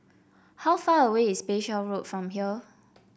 how far away is Bayshore Road from here